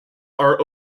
are